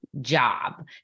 job